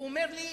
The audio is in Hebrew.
הוא אומר לי: